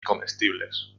comestibles